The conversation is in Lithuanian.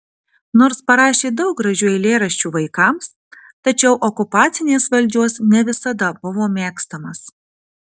nors parašė daug gražių eilėraščių vaikams tačiau okupacinės valdžios ne visada buvo mėgstamas